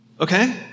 Okay